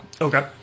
Okay